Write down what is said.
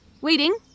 waiting